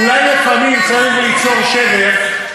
אולי לפעמים צריך ליצור שבר.